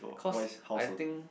cause I think